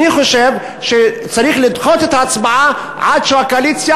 אני חושב שצריך לדחות את ההצבעה עד שהקואליציה